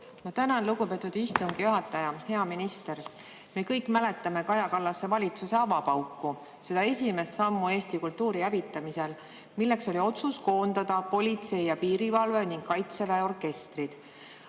Tänan, lugupeetud istungi juhataja! Hea minister! Me kõik mäletame Kaja Kallase valitsuse avapauku, seda esimest sammu Eesti kultuuri hävitamisel, milleks oli otsus koondada politsei- ja piirivalveorkester ning Kaitseväe orkester.